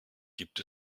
gibt